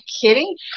kidding